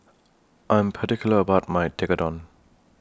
I Am particular about My Tekkadon